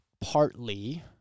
partly